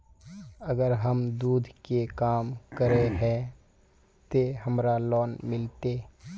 अगर हम दूध के काम करे है ते हमरा लोन मिलते?